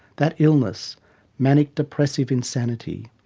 that illness manic depressive insanity,